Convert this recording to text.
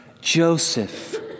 Joseph